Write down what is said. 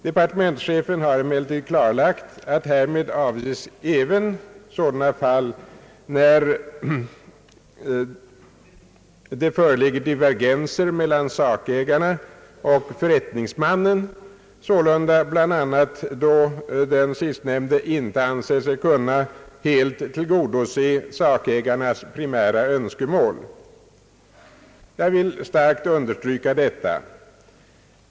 Departementschefen har emellertid klarlagt, att härmed avses även sådana fall när det föreligger divergenser mellan sakägarna och förrättningsmannen, sålunda bl.a. då den sistnämnde inte anser sig kunna helt tillgodose sakägarnas primära önskemål. Jag vill starkt understryka detta.